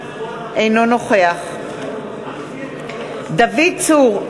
אינו נוכח דוד צור,